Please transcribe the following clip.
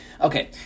Okay